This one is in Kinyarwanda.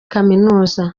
kaminuza